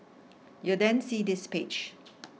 you'll then see this page